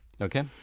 Okay